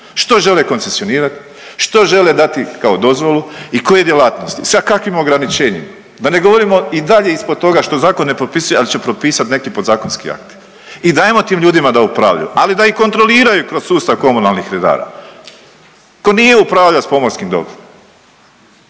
što žele koncesionirat, što žele dati kao dozvolu i koje djelatnosti sa kakvim ograničenjima, da ne govorimo i dalje ispod toga što zakon ne propisuje, al će propisati neki podzakonski akti i dajmo tim ljudima da upravljaju, ali da ih kontroliraju kroz sustav komunalnih redara. Ko nije upravljao s pomorskim dobrom